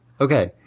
Okay